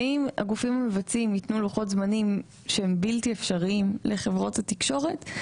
אם הגופים המבצעים יתנו לוחות זמנים שהם בלתי אפשריים לחברות התקשורת,